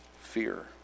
fear